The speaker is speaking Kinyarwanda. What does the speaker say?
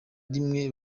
rimwe